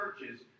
churches